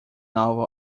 novel